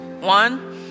One